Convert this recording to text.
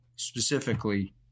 Specifically